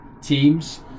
teams